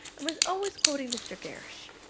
and was always quoting mr. gerrish.